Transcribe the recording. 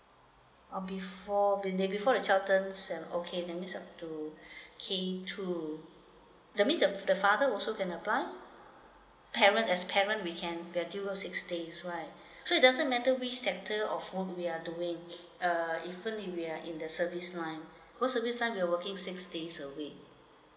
uh before be~ before the and okay that means up to K two that means the the father also can apply parent as parent we can get until six days right so it doesn't matter which sector or firm we are doing uh if only we are in the service line because service line we'll working six days a week